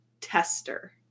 tester